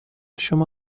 شما